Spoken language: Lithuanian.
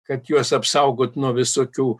kad juos apsaugot nuo visokių